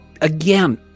again